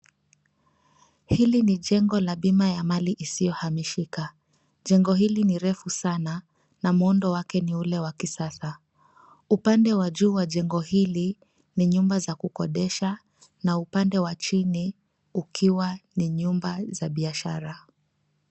Hili ni jengo la bima ya mali isiyohamishika. Jengo hili ni refu sana na muundo wake ni ule wa kisasa. Upande wa juu wa jengo hili ni nyumba za kukodesha na upande wa chini ukiwa ni nyumba za biashara.